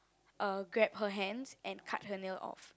uh grab her hands and cut her nail off